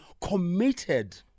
committed